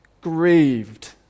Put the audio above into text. grieved